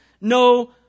no